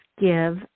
give